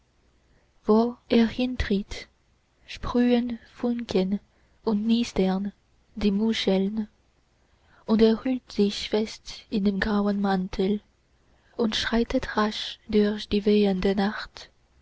wo er hintritt sprühen funken und knistern die muscheln und er hüllt sich fest in den grauen mantel und schreitet rasch durch die wehende nacht